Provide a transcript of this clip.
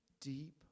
Deep